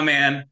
Man